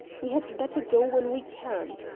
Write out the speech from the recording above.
we had better go when we can!